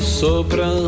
sopra